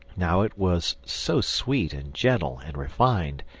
now it was so sweet, and gentle, and refined,